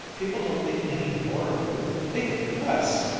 people don't think any more of you! they think less!